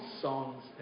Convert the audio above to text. songs